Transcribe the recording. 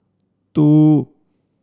two